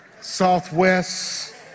Southwest